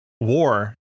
war